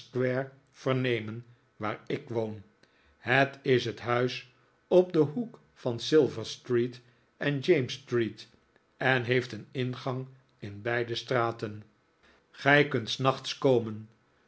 golden-square vernemen waar ik woon het is het huis op den hoek van silver street en james street en heeft een ingang in beide straten gij kunt s nachts komen